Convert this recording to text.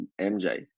MJ